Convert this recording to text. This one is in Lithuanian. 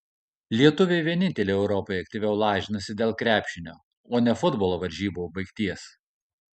lietuviai vieninteliai europoje aktyviau lažinasi dėl krepšinio o ne futbolo varžybų baigties